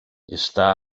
està